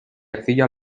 arcilla